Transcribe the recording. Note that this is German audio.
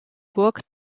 burg